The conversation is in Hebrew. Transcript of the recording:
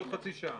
בעוד חצי שעה.